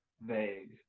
Vague